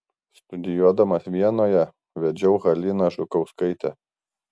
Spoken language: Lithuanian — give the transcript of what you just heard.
studijuodamas vienoje vedžiau haliną žukauskaitę